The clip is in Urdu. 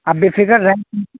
آپ بے فکر رہیں